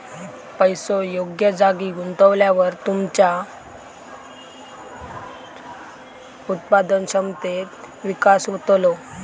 पैसो योग्य जागी गुंतवल्यावर तुमच्या उत्पादन क्षमतेत विकास होतलो